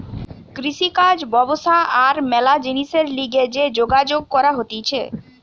কৃষিকাজ ব্যবসা আর ম্যালা জিনিসের লিগে যে যোগাযোগ করা হতিছে